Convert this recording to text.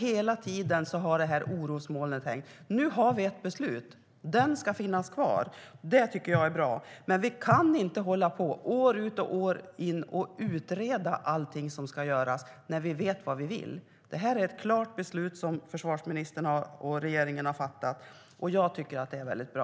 Hela tiden har orosmolnet hängt över oss, men nu har vi ett beslut. Den ska finnas kvar. Det tycker jag är bra. Men vi kan inte hålla på år ut och år in och utreda allt som ska göras, när vi vet vad vi vill. Försvarsministern och regeringen har fattat ett klart beslut, och jag tycker att det är väldigt bra.